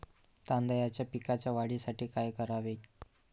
तांदळाच्या पिकाच्या वाढीसाठी काय करावे?